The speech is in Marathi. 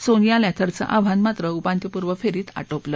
सोनिया लॅथरचं आव्हान मात्र उपांत्यपूर्व फेरीत आटोपलं